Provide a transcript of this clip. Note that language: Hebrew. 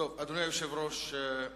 אדוני היושב-ראש,